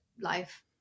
life